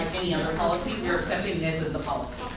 policy, we're accepting this as the policy.